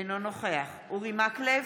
אינו נוכח אורי מקלב,